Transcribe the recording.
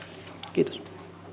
kiitos